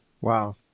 Wow